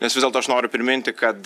nes vis dėlto aš noriu priminti kad